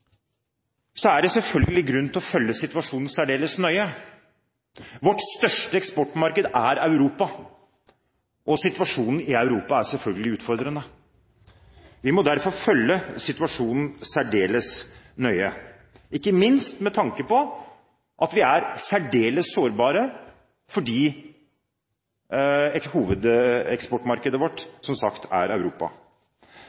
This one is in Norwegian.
Så er det selvfølgelig grunn til å følge situasjonen særdeles nøye. Vårt største eksportmarked er Europa, og situasjonen i Europa er selvfølgelig utfordrende. Vi må derfor følge situasjonen særdeles nøye, ikke minst med tanke på at vi er særdeles sårbare fordi hovedeksportmarkedet vårt